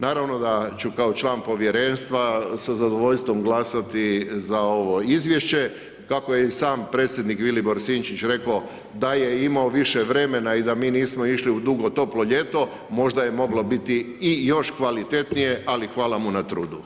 Naravno da ću kao član povjerenstva sa zadovoljstvo glasati za ovo izvješće, kako je i sam predsjednik Vilibor Sinčić rekao, da je imao više vremena i da nismo išli u dugo toplo ljeto, možda je moglo biti i još kvalitetnije ali hvala mu na trudu.